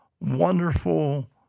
wonderful